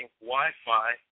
Wi-Fi